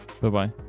bye-bye